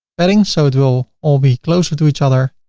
padding so it will all be closer to each other.